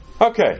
Okay